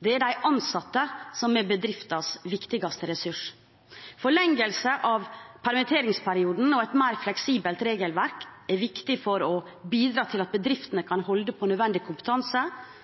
Det er de ansatte som er bedriftenes viktigste ressurs. Forlengelse av permitteringsperioden og et mer fleksibelt regelverk er viktig for å bidra til at bedriftene kan holde på nødvendig kompetanse,